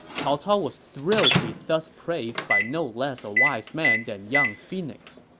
cao cao was thrilled to be thus praised by no less a wise man than young phoenix.